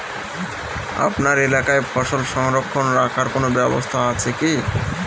আপনার এলাকায় ফসল সংরক্ষণ রাখার কোন ব্যাবস্থা আছে কি?